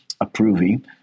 approving